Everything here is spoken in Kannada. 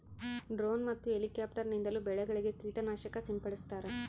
ಡ್ರೋನ್ ಮತ್ತು ಎಲಿಕ್ಯಾಪ್ಟಾರ್ ನಿಂದಲೂ ಬೆಳೆಗಳಿಗೆ ಕೀಟ ನಾಶಕ ಸಿಂಪಡಿಸ್ತಾರ